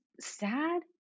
sad